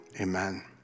Amen